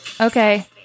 Okay